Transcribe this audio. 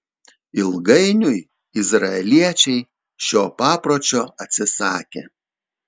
ilgainiui izraeliečiai šio papročio atsisakė